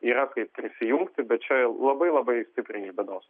yra kaip prisijungti bet čia labai labai stipriai iš bėdos